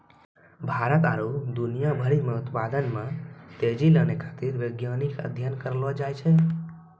भारत आरु दुनिया भरि मे उत्पादन मे तेजी लानै खातीर वैज्ञानिक अध्ययन करलो जाय छै